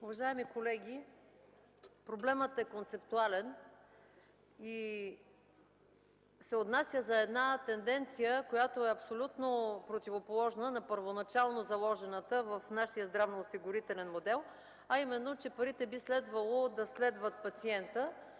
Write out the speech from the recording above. Уважаеми колеги, проблемът е концептуален и се отнася за една тенденция, която е абсолютно противоположна на първоначално заложената в нашия здравноосигурителен модел, а именно, че парите би следвало да следват пациента.